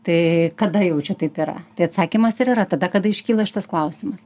tai kada jau čia taip yra tai atsakymas ir yra tada kada iškyla šitas klausimas